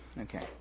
okay